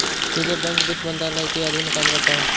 reserve bank वित्त मंत्रालय के अधीन काम करता है